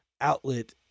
outlet